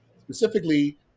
specifically